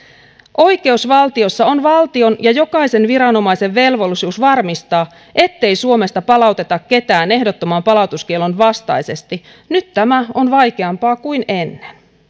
oikeusvaltiossa on valtion ja jokaisen viranomaisen velvollisuus varmistaa ettei suomesta palauteta ketään ehdottoman palautuskiellon vastaisesti nyt tämä on vaikeampaa kuin ennen